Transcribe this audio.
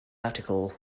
article